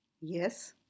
Yes